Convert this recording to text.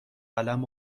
قلم